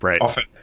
often